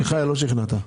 מיכאל, לא שכנעת.